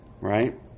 right